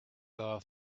off